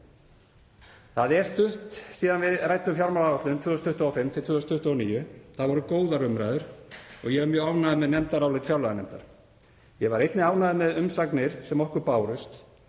Það er stutt síðan við ræddum fjármálaáætlun 2025–2029. Það voru góðar umræður og ég var mjög ánægður með nefndarálit fjárlaganefndar. Ég var einnig ánægður með umsagnir sem okkur bárust.